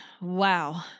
Wow